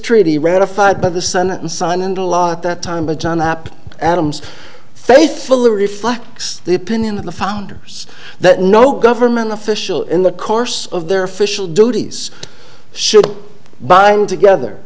treaty ratified by the senate and signed into law at that time by john app adams faithfully reflects the opinion of the founders that no government official in the course of their official duties should bind together